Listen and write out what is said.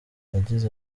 yagize